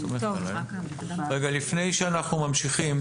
לפני שאנחנו ממשיכים,